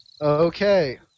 Okay